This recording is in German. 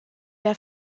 der